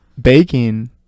Baking